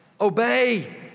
obey